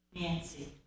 Nancy